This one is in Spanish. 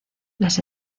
las